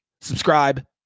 subscribe